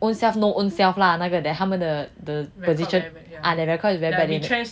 ownself know ownself lah 那个 that 他们的 the position ah the record